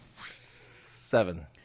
seven